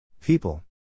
people